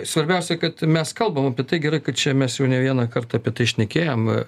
svarbiausia kad mes kalbam apie tai gerai kad čia mes jau ne vieną kartą apie tai šnekėjom